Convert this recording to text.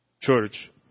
church